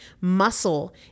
Muscle